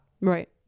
Right